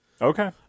Okay